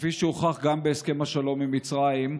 כפי שהוכח גם בהסכם השלום עם מצרים,